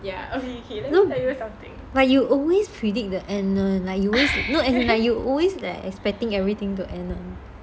no like you always predict the end one like you always as in like you always expecting everything to end one